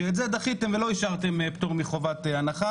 שאת זה דחיתם ולא אישרתם פטור מחובת הנחה.